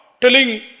telling